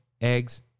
eggs